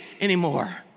anymore